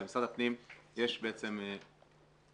למשרד הפנים יש בעצם שני